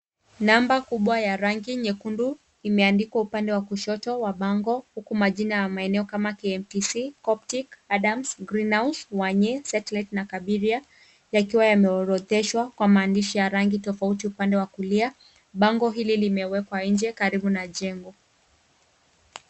Namba kubwa ya rangi nyekundu imeandikwa upande wa kushoto wa bango huku majina ya maeneo kama KMTC, Coptic, Adam's, Greenhouse, Wanyi, Satellite na Kabiria yakiwa yameorodheshwa kwa maandishi ya rangi tofauti upande wa kulia bango hili limewekwa nje karibu na jengo.